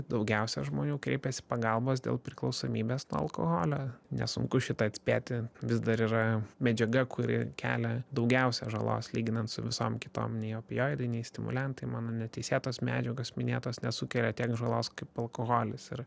daugiausia žmonių kreipiasi pagalbos dėl priklausomybės nuo alkoholio nesunku šitą atspėti vis dar yra medžiaga kuri kelia daugiausia žalos lyginant su visom kitom nei opioidai nei stimuliantai mano neteisėtos medžiagos minėtos nesukelia tiek žalos kaip alkoholis ir